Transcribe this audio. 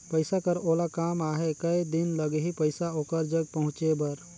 पइसा कर ओला काम आहे कये दिन लगही पइसा ओकर जग पहुंचे बर?